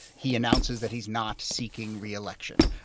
he announces that he's not seeking re-election.